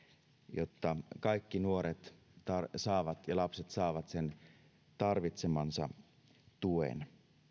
jotta kaikki nuoret ja lapset saavat tarvitsemansa tuen